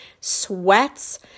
sweats